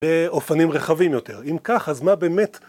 ‫באופנים רחבים יותר. ‫אם כך, אז מה באמת...